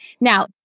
Now